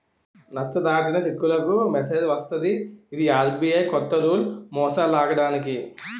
నచ్చ దాటిన చెక్కులకు మెసేజ్ వస్తది ఇది ఆర్.బి.ఐ కొత్త రూల్ మోసాలాగడానికి